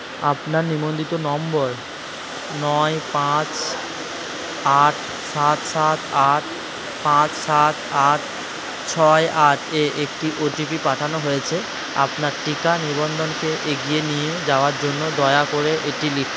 আপনার নিবন্ধিত নম্বর নয় পাঁচ আট সাত সাত আট পাঁচ সাত আট ছয় আট এ একটি ওটিপি পাঠানো হয়েছে আপনার টিকা নিবন্ধনকে এগিয়ে নিয়ে যাওয়ার জন্য দয়া করে এটি লিখুন